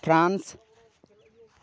France